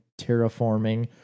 terraforming